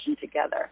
together